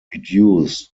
reduced